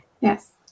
Yes